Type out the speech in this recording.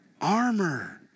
armor